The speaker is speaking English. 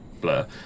blur